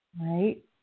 right